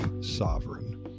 sovereign